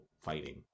fighting